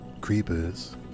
Creepers